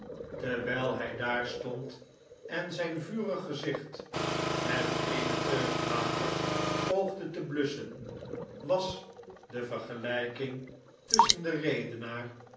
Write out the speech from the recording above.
terwijl h daar stond en zijn vurig gezicht met eene teug water poogde te blusschen was de vergelijking tusschen den